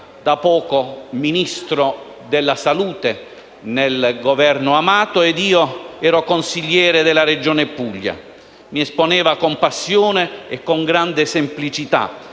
da poco Ministro della salute nel Governo Amato e io ero consigliere della Regione Puglia. Mi esponeva con passione e con grande semplicità